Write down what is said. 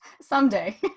Someday